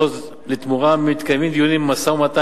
"עוז לתמורה" מתקיימים דיונים ומשא-ומתן,